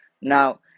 Now